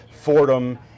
Fordham